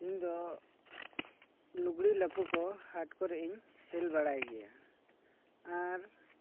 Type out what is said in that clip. ᱤᱧ ᱫᱚ ᱞᱩᱜᱽᱲᱤ ᱞᱟᱯᱚ ᱠᱚ ᱦᱟᱴ ᱠᱚᱨᱮ ᱥᱮᱞ ᱵᱟᱲᱟᱭ ᱜᱮᱭᱟ ᱟᱨ